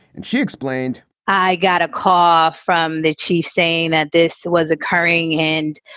and she explained i got a call from the chief saying that this was occurring and,